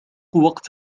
وقت